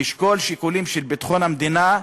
ישקול שיקולים של ביטחון המדינה,